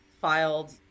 filed